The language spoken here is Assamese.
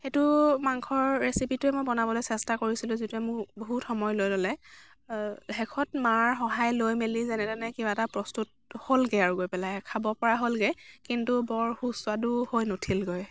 সেইটো মাংসৰ ৰেচিপিটোৱেই মই বনাবলৈ চেষ্টা কৰিছিলোঁ যিটোৱে মোৰ বহুত সময় লৈ ল'লে শেষত মাৰ সহায় লৈ মেলি যেনে তেনে কিবা এটা প্ৰস্তুত হ'লগৈ আৰু গৈ পেলাই খাব পৰা হ'লগৈ কিন্তু বৰ সুস্বাদো হৈ নুঠিলগৈ